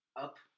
up